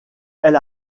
elle